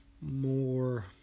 more